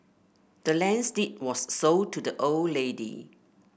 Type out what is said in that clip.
the land's deed was sold to the old lady